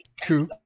True